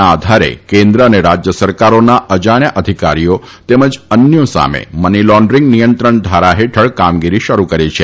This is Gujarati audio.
ના આધારે કેન્દ્ર અને રાજ્ય સરકારોના અજાસ્થા અધિકારીઓ તેમજ અન્યો સામે મની લોન્ડરીંગના નિયંત્રણ ધારા હેઠળ કામગીરી શરૂ કરી છે